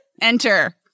Enter